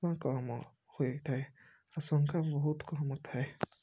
ଏବଂ କମ୍ ହୋଇଥାଏ ଆଶଙ୍କା ବହୁତ କମ୍ ଥାଏ